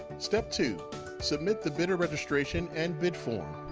step two submit the bidder registration and bid form.